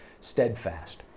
steadfast